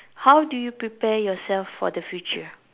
how do you prepare yourself for the future